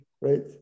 right